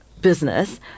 business